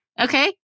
Okay